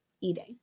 eating